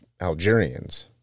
Algerians